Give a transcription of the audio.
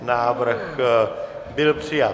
Návrh byl přijat.